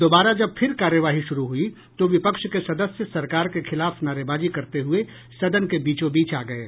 दोबारा जब फिर कार्यवाही शुरू हुई तो विपक्ष के सदस्य सरकार के खिलाफ नारेबाजी करते हुए सदन के बीचोंबीच आ गये